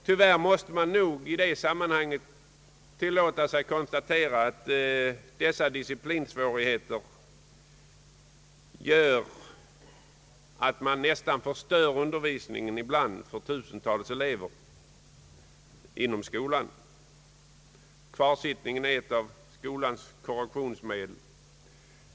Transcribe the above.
Tyvärr kan det nog konstateras att disciplinsvårigheterna ibland förstör undervisningen för tusentals elever. Kvarsittningen är ett av skolans korrektionsmedel.